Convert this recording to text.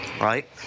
Right